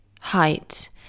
height